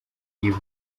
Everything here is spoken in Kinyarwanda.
iba